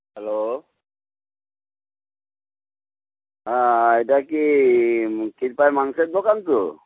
hello হ্যাঁ এটা কি কিরপার মাংসের দোকান তো